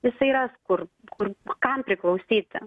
jisai ras kur kur kam priklausyti